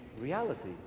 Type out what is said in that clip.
reality